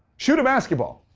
shoot a basketball!